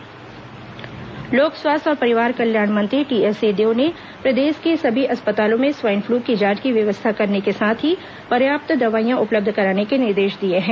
स्वास्थ्य मंत्री swine flu समीक्षा लोक स्वास्थ्य और परिवार कल्याण मंत्री टीएस सिंहदेव ने प्रदेश के सभी अस्पतालों में स्वाइन फ्लू की जांच की व्यवस्था करने के साथ ही पर्याप्त दवाइयां उपलब्ध कराने के निर्देश दिए हैं